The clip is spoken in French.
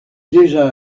déjà